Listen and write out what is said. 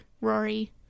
Rory